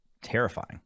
terrifying